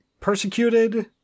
Persecuted